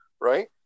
right